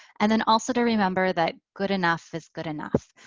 and then also to remember that good enough is good enough.